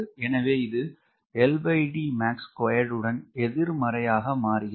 எனவே இது உடன் எதிர்மறையாக மாறுகிறது